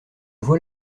vois